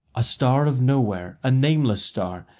a star of nowhere, a nameless star,